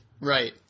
Right